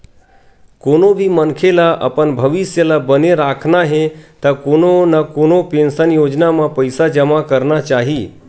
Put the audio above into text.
कोनो भी मनखे ल अपन भविस्य ल बने राखना हे त कोनो न कोनो पेंसन योजना म पइसा जमा करना चाही